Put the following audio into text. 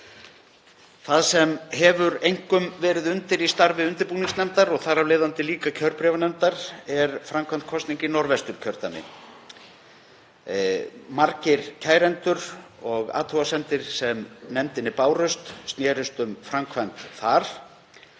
Það sem hefur einkum verið undir í starfi undirbúningsnefndar og þar af leiðandi líka kjörbréfanefndar er framkvæmd kosninga í Norðvesturkjördæmi. Kærendur voru margir og athugasemdir sem nefndinni bárust snerust um framkvæmd þar